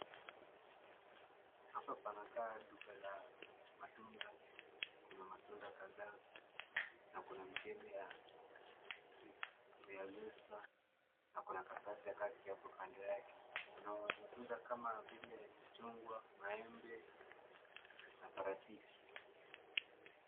Hapa panakaa duka la matunda kuna matunda kadhaa na kuna mkebe ya zesta na kuna karatasi ya kaki hapo kando yake kuna matunda kama vile chungwa, maembe na parachichi.